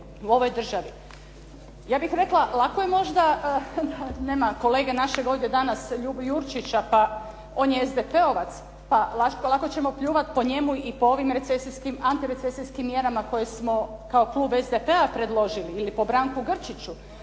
u ovoj državi. Ja bih rekla lako je možda, nema kolege našega danas ovdje Ljube Jurčića pa on je SDP-ovac pa lako ćemo pljuvati po njemu i po ovim recesijskim, antirecesijskim mjerama koje smo kao klub SDP-a predložili, ili po Branku Grčiću.